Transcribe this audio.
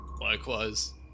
Likewise